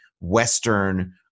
Western